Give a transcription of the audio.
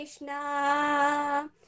Krishna